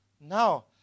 now